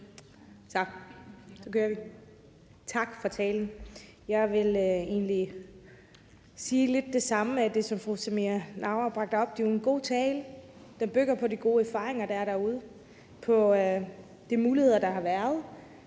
Jakobsen (LA): Tak for talen. Jeg vil egentlig sige lidt af det samme, som fru Samira Nawa bragte op. Det er jo en god tale. Den bygger på de gode erfaringer, der er derude, på de muligheder, der har været,